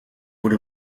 would